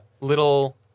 little